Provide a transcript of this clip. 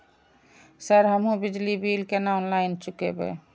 Sir हमू बिजली bill केना ऑनलाईन चुकेबे?